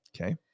okay